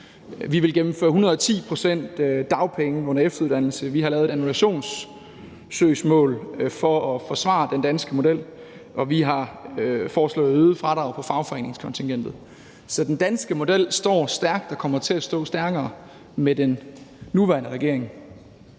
at man kan få 110 pct. af dagpengesatsen under efteruddannelse; vi har lavet et annullationssøgsmål for at forsvare den danske model; og vi har foreslået et øget fradrag på fagforeningskontingentet. Så den danske model står stærkt og kommer til at stå stærkere med den nuværende regering.